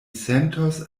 sentos